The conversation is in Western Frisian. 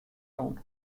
rûn